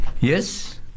Yes